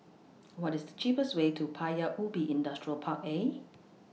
What IS The cheapest Way to Paya Ubi Industrial Park A